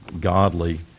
godly